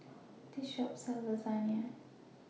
This Shop sells Lasagne